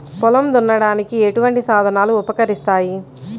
పొలం దున్నడానికి ఎటువంటి సాధనలు ఉపకరిస్తాయి?